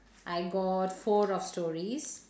I got four of stories